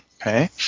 Okay